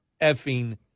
effing